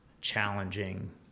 challenging